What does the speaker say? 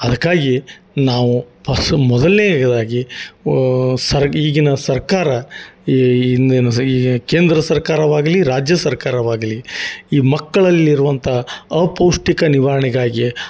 ಅದಕ್ಕಾಗಿ ನಾವು ಮೊದಲ್ನೇದಾಗಿ ಸರ್ಗ್ ಈಗಿನ ಸರ್ಕಾರ ಈ ಇಂದಿನ ಸ್ ಈ ಕೇಂದ್ರ ಸರ್ಕಾರವಾಗಲಿ ರಾಜ್ಯ ಸರ್ಕಾರವಾಗಲಿ ಈ ಮಕ್ಕಳಲ್ಲಿರುವಂಥ ಅಪೌಷ್ಠಿಕ ನಿವಹರ್ಣೆಗಾಗಿ